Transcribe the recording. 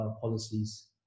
policies